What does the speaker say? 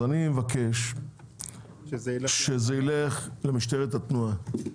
אני מבקש שזה ילך למשטרת התנועה.